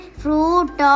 fruit